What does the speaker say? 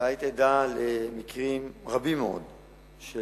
והיית עדה למקרים רבים מאוד של